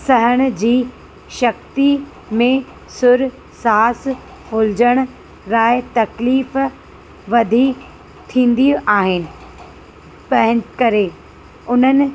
सहण जी शक्ति में सुर सांस फुलिजण लाइ तकलीफ़ वधी थींदियूं आहिनि पै करे उन्हनि